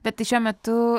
bet tai šiuo metu